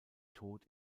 tod